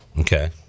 okay